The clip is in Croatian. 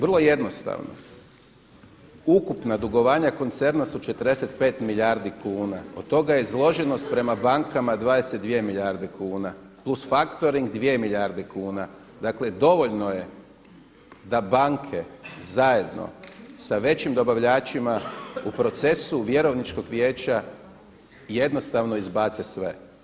Vrlo jednostavno, ukupna dugovanja koncerna su 45 milijardi kuna, od toga izloženost prema bankama 22 milijarde kuna, plus faktoring 2 milijarde kuna dakle dovoljno je da banke zajedno sa većim dobavljačima u procesu vjerovničkog vijeća jednostavno izbace sve.